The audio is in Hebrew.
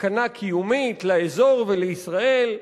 סכנה קיומית לאזור ולישראל,